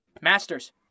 Masters